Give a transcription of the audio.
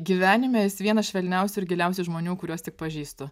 gyvenime jis vienas švelniausių ir giliausių žmonių kuriuos tik pažįstu